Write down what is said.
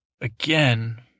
again